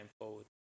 forward